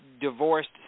divorced